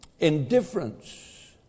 Indifference